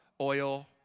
Oil